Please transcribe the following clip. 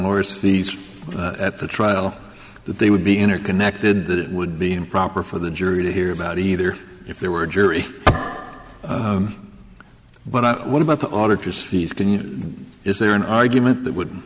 morse these at the trial that they would be interconnected that it would be improper for the jury to hear about either if there were a jury but i what about the auditor's fees can you is there an argument that would